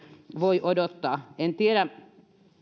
voi odottaa en tiedä